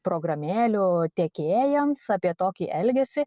programėlių tiekėjams apie tokį elgesį